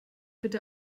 bitte